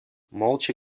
молча